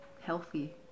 healthy